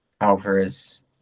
Alvarez